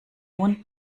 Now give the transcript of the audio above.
mund